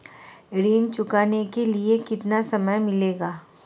ऋण चुकाने के लिए कितना समय मिलेगा?